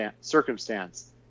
circumstance